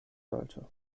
sollte